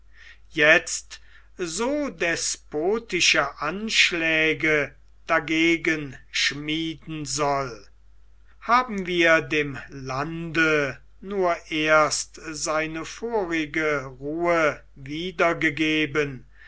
jetzt so despotische anschläge dagegen schmieden soll haben wir dem lande nur erst seine vorige ruhe wiedergegeben